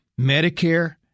Medicare